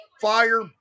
fire